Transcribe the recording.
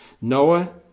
Noah